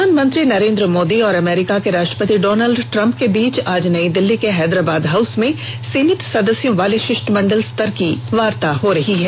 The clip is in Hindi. प्रधानमंत्री नरेन्द्र मोदी और अमरीका के राष्ट्रपति डॉनाल्ड ट्रम्प के बीच आज नई दिल्ली के हैदराबाद हाउस में शिष्टमंडल स्तर की वार्ता हो रही है